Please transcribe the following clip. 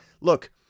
Look